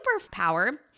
superpower